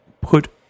put